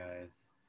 guys